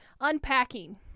Unpacking